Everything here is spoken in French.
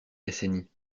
décennies